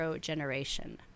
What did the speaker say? Generation